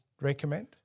recommend